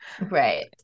right